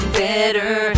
better